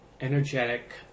energetic